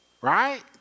Right